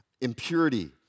impurity